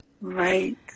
Right